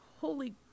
holy